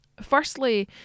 Firstly